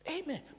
Amen